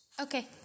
Okay